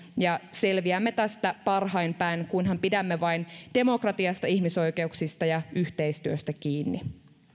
ja selviämme tästä parhain päin kunhan pidämme vain demokratiasta ihmisoikeuksista ja yhteistyöstä kiinni